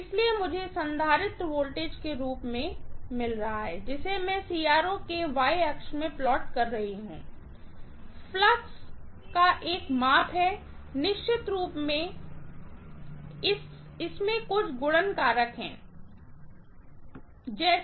इसलिए मुझे capacitor voltage के रूप में जो मिल रहा है जिसे मैं CRO के Y अक्ष में प्लाट कर रही हूँ फ्लक्स का एक माप है निश्चित रूप से इसमें कुछ गुणन कारक है जैसे